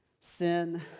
sin